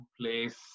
place